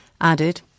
added